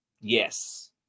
Yes